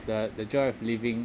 the the joy of living